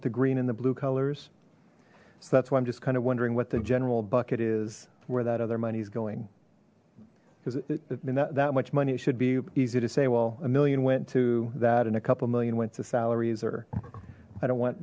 with the green and the blue colors so that's why i'm just kind of wondering what the general bucket is where that other money is going because it that much money it should be easy to say well a million went to that and a couple million went to salaries or i don't want